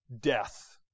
death